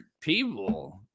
people